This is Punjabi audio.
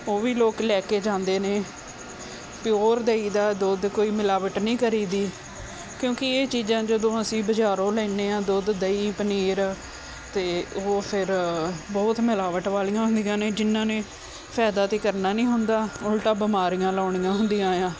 ਉਹ ਵੀ ਲੋਕ ਲੈ ਕੇ ਜਾਂਦੇ ਨੇ ਪਿਓਰ ਦੇਈਦਾ ਦੁੱਧ ਕੋਈ ਮਿਲਾਵਟ ਨਹੀਂ ਕਰੀਦੀ ਕਿਉਂਕਿ ਇਹ ਚੀਜ਼ਾਂ ਜਦੋਂ ਅਸੀਂ ਬਾਜ਼ਾਰੋਂ ਲੈਂਦੇ ਹਾਂ ਦੁੱਧ ਦਹੀਂ ਪਨੀਰ ਅਤੇ ਉਹ ਫਿਰ ਬਹੁਤ ਮਿਲਾਵਟ ਵਾਲੀਆਂ ਹੁੰਦੀਆਂ ਨੇ ਜਿਨ੍ਹਾਂ ਨੇ ਫ਼ਾਇਦਾ ਤਾਂ ਕਰਨਾ ਨਹੀਂ ਹੁੰਦਾ ਉਲਟਾ ਬਿਮਾਰੀਆਂ ਲਗਾਉਣੀਆਂ ਹੁੰਦੀਆਂ ਆ